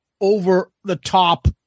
over-the-top